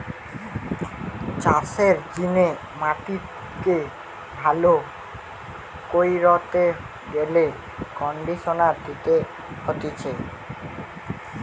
চাষের জিনে মাটিকে ভালো কইরতে গেলে কন্ডিশনার দিতে হতিছে